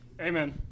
Amen